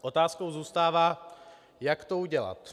Otázkou zůstává, jak to udělat.